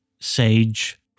sage